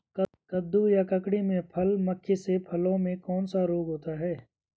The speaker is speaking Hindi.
कद्दू या ककड़ी में फल मक्खी से फलों में कौन सा रोग होता है?